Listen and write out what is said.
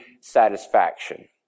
satisfaction